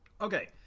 Okay